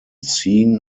seen